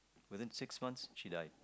within six months she died